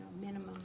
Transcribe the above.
minimum